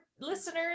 listeners